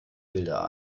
bilder